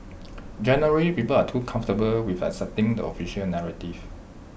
generally people are too comfortable with accepting the official narrative